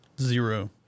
Zero